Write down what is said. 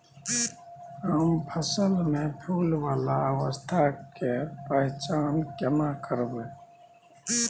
हम फसल में फुल वाला अवस्था के पहचान केना करबै?